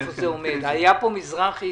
מזרחי